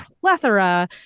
plethora